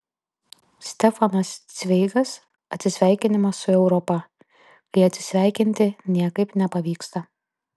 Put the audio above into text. stefanas cveigas atsisveikinimas su europa kai atsisveikinti niekaip nepavyksta